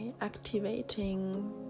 activating